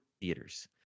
theaters